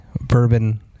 bourbon